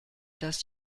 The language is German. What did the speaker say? das